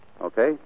Okay